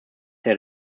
herr